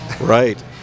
right